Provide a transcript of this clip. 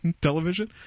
television